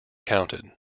counted